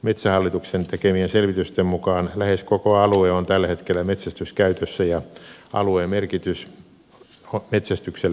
metsähallituksen tekemien selvitysten mukaan lähes koko alue on tällä hetkellä metsästyskäytössä ja alueen merkitys metsästykselle on suuri